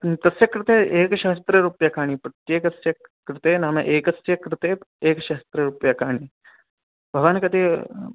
तस्य कृते एकसहस्ररूप्यकाणि प्रत्येकस्य कृते नाम एकस्य कृते एकसहस्ररूप्यकाणि भवान् कति